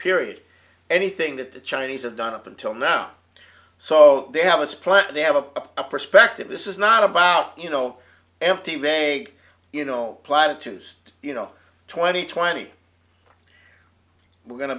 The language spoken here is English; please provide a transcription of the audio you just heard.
period anything that the chinese have done up until now so they have this plan they have a perspective this is not about you know empty of a you know platitudes you know twenty twenty we're going to